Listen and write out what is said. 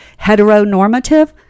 heteronormative